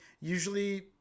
usually